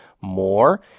more